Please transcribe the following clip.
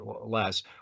less